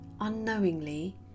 unknowingly